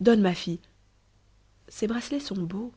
donne ma fille ces bracelets sont beaux